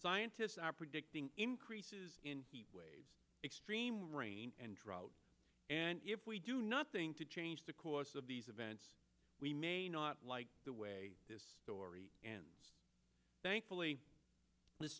scientists are predicting increases in waves extreme rain and drought and if we do nothing to change the course of these events we may not like the way this story and thankfully this